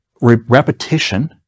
repetition